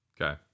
Okay